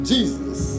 Jesus